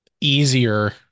easier